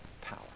power